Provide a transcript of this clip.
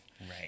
Right